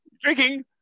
Drinking